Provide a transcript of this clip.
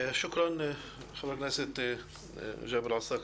שוכרן, חבר הכנסת ג'אבר עסאקלה,